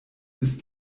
ist